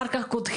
אחר כך קודחים